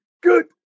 good